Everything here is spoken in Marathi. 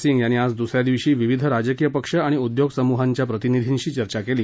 सिंग यांनी आज दुस या दिवशी विविध राजकीय पक्ष आणि उद्योग समुहांच्या प्रतिनिधींशी चर्चा केली